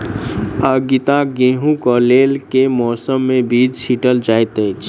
आगिता गेंहूँ कऽ लेल केँ मौसम मे बीज छिटल जाइत अछि?